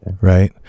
Right